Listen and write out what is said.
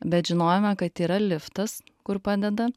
bet žinojome kad yra liftas kur padeda